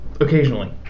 Occasionally